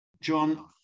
John